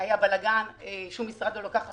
היה בלגן, שום משרד לא לוקח אחריות.